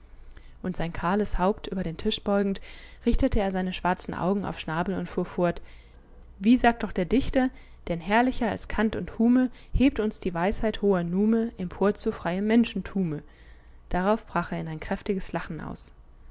und sein kahles haupt über den tisch beugend richtete er seine schwarzen augen auf schnabel und fuhr fort wie sagt doch der dichter denn herrlicher als kant und hume hebt uns die weisheit hoher nume empor zu freiem menschentume darauf brach er in ein kräftiges lachen aus